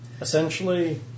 essentially